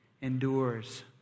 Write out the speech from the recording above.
endures